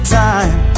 time